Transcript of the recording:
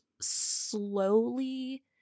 slowly